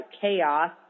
chaos